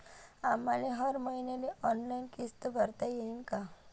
आम्हाले हर मईन्याले ऑनलाईन किस्त भरता येईन का?